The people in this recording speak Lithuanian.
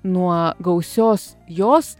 nuo gausios jos